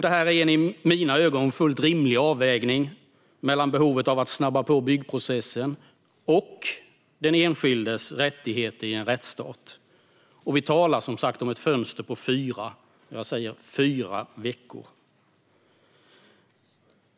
Det är en i mina ögon fullt rimlig avvägning mellan behovet av att snabba på byggprocessen och den enskildes rättigheter i en rättsstat. Vi talar som sagt om ett fönster på fyra - jag säger fyra - veckor.